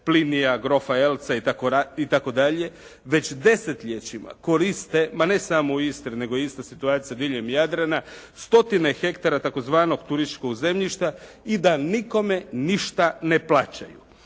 Plinija, grof Elza itd. već desetljećima koriste ma ne samo u Istri, nego ista situacija i diljem Jadrana, stotine hektara tzv. turističkog zemljišta i da nikome ništa ne plaćaju.